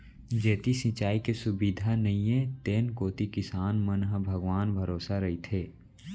जेती सिंचाई के सुबिधा नइये तेन कोती किसान मन ह भगवान भरोसा रइथें